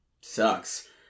Sucks